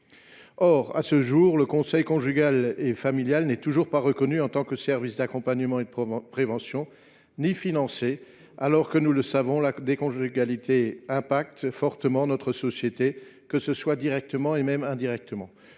Or, à ce jour, le conseil conjugal et familial n’est toujours pas reconnu en tant que service d’accompagnement et de prévention, ni financé, alors que, nous le savons, la déconjugalité affecte fortement notre société, que ce soit directement ou indirectement.